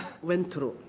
went through.